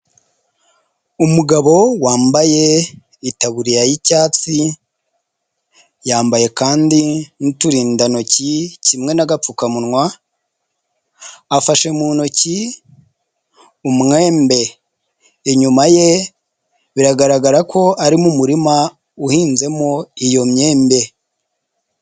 Umugabo wambaye itaburiya y'icyatsi, yambaye kandi n'uturindantoki kimwe n'agapfukamunwa, afashe mu ntoki umwembe inyuma ye, biragaragara ko ari mu murima uhinzemo iyo myembe.